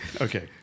okay